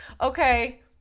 Okay